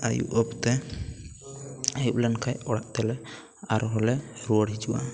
ᱟᱹᱭᱩᱵ ᱚᱠᱛᱮ ᱟᱹᱭᱩᱵ ᱞᱮᱱ ᱠᱷᱟᱡ ᱚᱲᱟᱜ ᱛᱮᱞᱮ ᱟᱨ ᱦᱚᱸᱞᱮ ᱨᱩᱣᱟᱹᱲ ᱦᱤᱡᱩᱜᱼᱟ